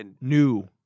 new